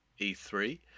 E3